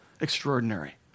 Extraordinary